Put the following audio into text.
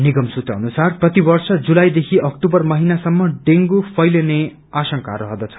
निगम सूत्र अनुसार प्रतिवर्ष जुलाईदेखि अक्टूबर महिनासम्म डेगू फैलिने आशंका रहँदछ